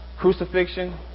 Crucifixion